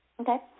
Okay